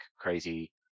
crazy